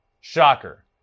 Shocker